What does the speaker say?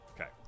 Okay